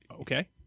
okay